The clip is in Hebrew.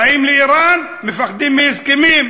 באים לאיראן, מפחדים מהסכמים.